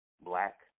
black